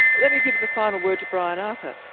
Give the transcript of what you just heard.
let me give the final word to brian arthur.